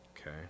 Okay